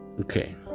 Okay